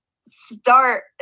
start